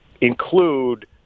include